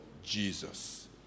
Jesus